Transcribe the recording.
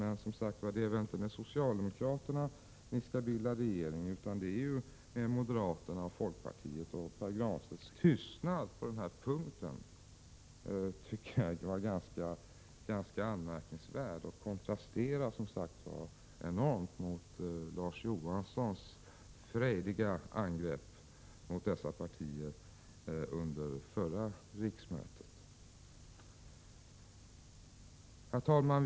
Men det är väl inte tillsammans med socialdemokraterna som centerpartiet skall bilda regering, utan det är ju med moderaterna och folkpartiet. Pär Granstedts tystnad på denna punkt var ganska anmärkningsvärd och kontrasterar, som sagt, enormt mot Larz Johanssons frejdiga angrepp under förra riksmötet mot dessa partier.